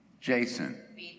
Jason